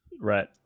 Right